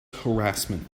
harassment